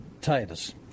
titus